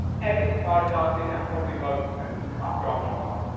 ever since i started and probably won't and after i'm long gone.